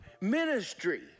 ministry